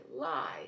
lie